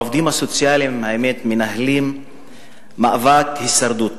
האמת היא שהעובדים הסוציאליים מנהלים מאבק הישרדות